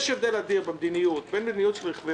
יש הבדל גדול במדיניות בין מדיניות לגבי רכבי